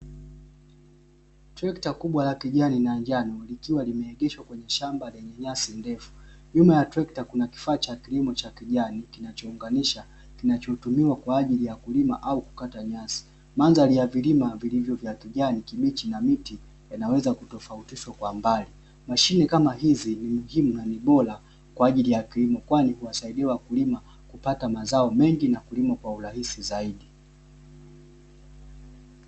Trekta kubwa la kijani na njano, likiwa limeegeshwa kwenye shamba lenye nyasi ndefu. Nyuma ya trekta kuna kifaa cha kilimo cha kijani kinachounganisha, kinachotumiwa kwa ajili ya kulima au kukata nyasi. Mandhari ya vilima vilivyo vya kijani kibichi na miti inaweza kutofautishwa kwa mbali. Mashine kama hizi ni muhimu na ni bora kwa ajili ya kilimo, kwani huwasaidia mkulima kupata mazao mengi na kulima kwa urahisi zaidi.